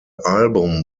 album